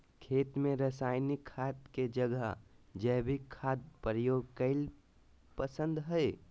खेत में रासायनिक खाद के जगह जैविक खाद प्रयोग कईल पसंद हई